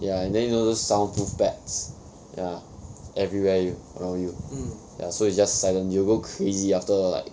ya and then you know those soundproof pads ya everywhere you around you ya so it's just silent you will go crazy after like